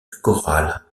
chorale